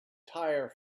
tire